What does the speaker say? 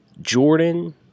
Jordan